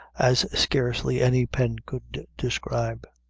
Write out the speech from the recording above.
as scarcely any pen could describe.